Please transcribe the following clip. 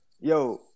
yo